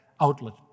outlet